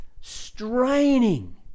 Straining